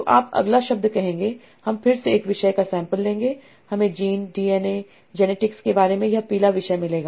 तो आप अगला शब्द कहेंगे हम फिर से एक विषय का सैंपल लेंगे हमें जीन डीएनए जेनेटिक्स के बारे में यह पीला विषय मिलेगा